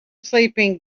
sleeping